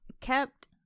kept